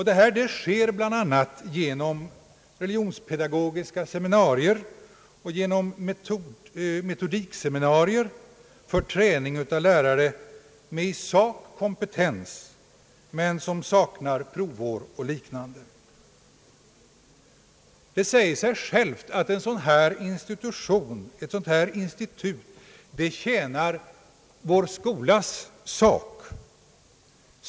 Detta sker bl.a. genom religionspedagogiska seminarier och genom metodikseminarier för träning av lärare med i sak kompetens, men som saknar provår och liknande. Det säger sig självt, att ett sådant här institut tjänar vår skolas sak.